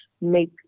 make